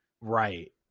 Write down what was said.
Right